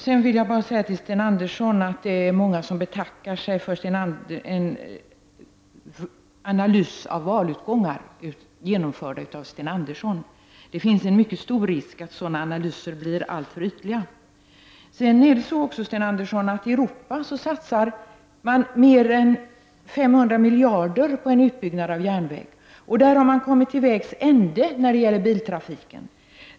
Det är nu många som betackar sig för Sten Anderssons i Malmö analys av valutgångar. Det finns en mycket stor risk att sådana analyser blir alltför ytliga. I Europa satsar man mer än 500 miljarder kronor på en utbyggnad av järnvägen, Sten Andersson. Där har man kommit till vägs ände när det gäller biltrafiken.